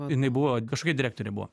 jinai buvo kažkokia direktorė buvo